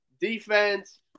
Defense